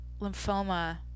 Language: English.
lymphoma